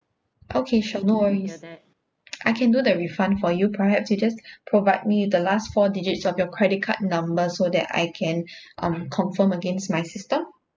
okay sure no worries I can do the refund for you perhaps you just provide me with the last four digits of your credit card number so that I can um confirm against my system